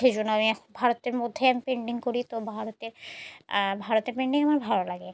সেই জন্য আমি এক ভারতের মধ্যে আমি পেন্টিং করি তো ভারতের ভারতের পেন্টিং আমার ভালো লাগে